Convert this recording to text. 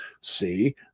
see